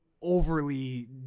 overly